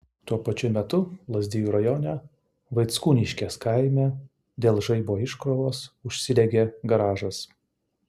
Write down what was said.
tuo pačiu metu lazdijų rajone vaickūniškės kaime dėl žaibo iškrovos užsidegė garažas